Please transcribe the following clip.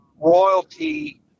royalty